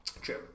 True